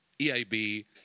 EIB